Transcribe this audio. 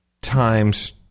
times